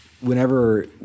whenever